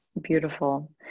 Beautiful